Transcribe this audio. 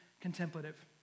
contemplative